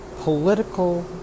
political